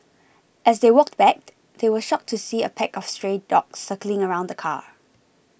as they walked backed they were shocked to see a pack of stray dogs circling around the car